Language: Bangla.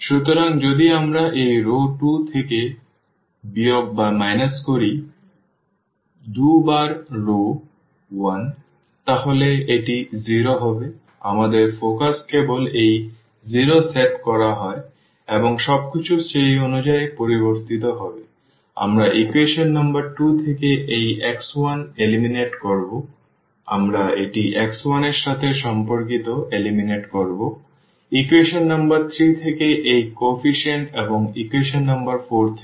সুতরাং যদি আমরা এই রও 2 থেকে বিয়োগ করি 2 বার রও 1 তাহলে এটি 0 হবে আমাদের ফোকাস কেবল এই 0 সেট করা হয় এবং সবকিছু সেই অনুযায়ী পরিবর্তন হবে আমরা ইকুয়েশন নম্বর 2 থেকে এই x1 নির্মূল করব আমরা এটি x1 এর সাথে সম্পর্কিত নির্মূল করব ইকুয়েশন নম্বর 3 থেকে এই কোএফিসিয়েন্ট এবং ইকুয়েশন নম্বর 4 থেকেও